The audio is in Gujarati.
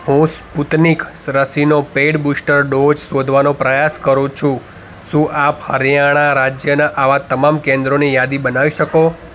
હું સ્પુતનિક રસીનો પેઈડ બુસ્ટર ડોઝ શોધવાનો પ્રયાસ કરું છુ શું આપ હરિયાણા રાજ્યનાં આવાં તમામ કેન્દ્રોની યાદી બનાવી શકો